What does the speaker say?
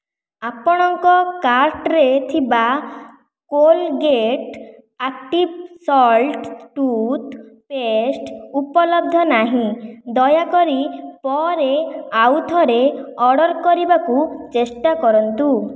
ଆପଣଙ୍କ କାର୍ଟ୍ରେ ଥିବା Colgate active salt toothpaste ଉପଲବ୍ଧ ନାହିଁ ଦୟାକରି ପରେ ଆଉଥରେ ଅର୍ଡ଼ର୍ କରିବାକୁ ଚେଷ୍ଟା କରନ୍ତୁ